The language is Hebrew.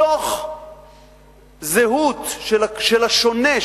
מתוך זהות של השונה,